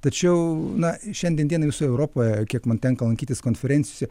tačiau na šiandien dienai visoj europoje kiek man tenka lankytis konferencijose